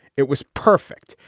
it was perfect.